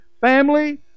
Family